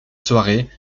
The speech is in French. soirée